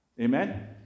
Amen